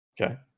Okay